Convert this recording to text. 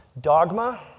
Dogma